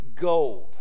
gold